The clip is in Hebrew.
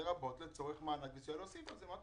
לרבות לצורך מענק וסיוע להוסיף את זה.